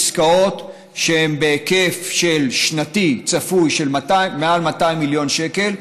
עסקאות שהן בהיקף שנתי צפוי של מעל 200 מיליון שקל,